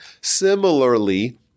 Similarly